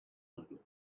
looked